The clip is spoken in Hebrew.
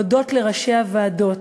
להודות לראשי הוועדות,